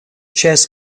chess